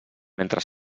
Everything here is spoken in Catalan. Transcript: mentre